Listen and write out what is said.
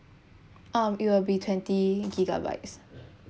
um it will be twenty gigabytes